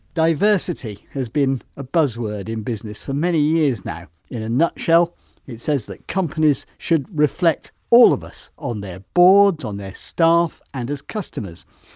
diversity has been a buzz word in business for many years now. in a nutshell it says that companies should reflect all of us on their boards, on their staff and as customers.